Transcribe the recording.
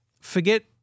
forget